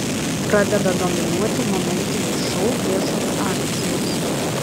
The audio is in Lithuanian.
pradeda dominuoti momentiniai šou viešos akcijos